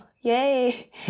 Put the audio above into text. Yay